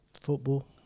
Football